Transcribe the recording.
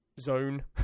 zone